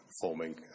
forming